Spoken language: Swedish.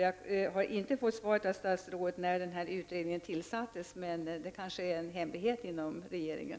Jag har inte fått veta av statsrådet när utredningen tillsattes, men det är kanske en hemlighet inom regeringen.